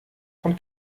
von